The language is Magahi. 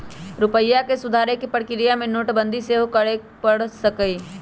रूपइया के सुधारे कें प्रक्रिया में नोटबंदी सेहो करए के पर सकइय